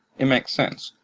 it makes sense.